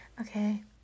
Okay